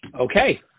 Okay